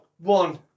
one